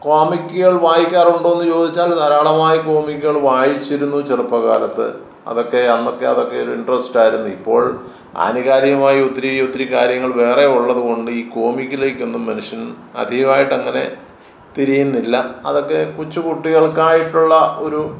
കോമിക്കുകൾ വായിക്കാറുണ്ടോയെന്ന് ചോദിച്ചാൽ ധാരാളമായി കോമിക്കുകൾ വായിച്ചിരുന്നു ചെറുപ്പ കാലത്ത് അതൊക്കെ അന്നത്തെ അതൊക്കെ ഒരു ഇൻട്രസ്റ്റായിരുന്നു ഇപ്പോൾ ആധികാരികമായി ഒത്തിരി ഒത്തിരി കാര്യങ്ങൾ വേറെ ഉള്ളതു കൊണ്ട് ഈ കോമിക്കിലേക്കൊന്നും മനുഷ്യൻ അധികമായിട്ടങ്ങനെ തിരിയുന്നില്ല അതൊക്കെ കൊച്ചു കുട്ടികൾക്കായിട്ടുള്ള ഒരു